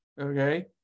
okay